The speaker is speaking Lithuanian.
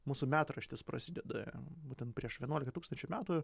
mūsų metraštis prasideda būtent prieš vienuolika tūkstančių metų